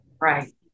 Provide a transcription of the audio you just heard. right